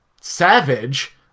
savage